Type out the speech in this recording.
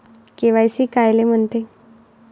KYC कायले म्हनते?